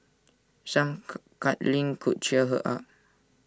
some cuddling could cheer her up